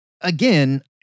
again